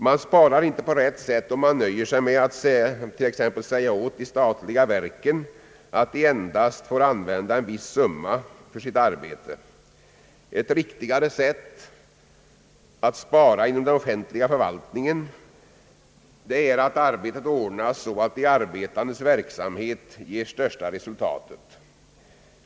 Man sparar inte på rätt sätt, om man nöjer sig med att säga åt statliga verk att de endast fär använda en viss summa för sitt arbete. Ett riktigare sätt att spara inom den offentliga förvaltningen är att arbetet ordnas så att de arbetandes verksamhet ger det största resultatet.